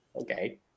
Okay